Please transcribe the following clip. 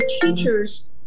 teachers